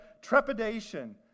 trepidation